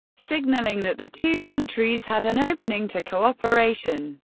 signaling that the two countries had an opening to cooperation.